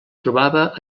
trobava